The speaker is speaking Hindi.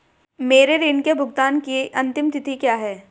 मेरे ऋण के भुगतान की अंतिम तिथि क्या है?